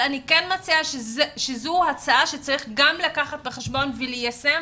זאת הצעה שגם אותה צריך לקחת בחשבון וליישם.